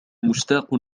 مشتاق